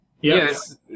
Yes